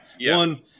one